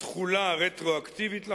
תחולה רטרואקטיבית לחוק,